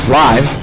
live